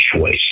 choice